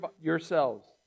yourselves